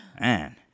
Man